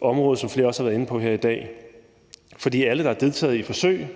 område, hvad flere også har været inde på her i dag, for alle, der har deltaget i et forsøg –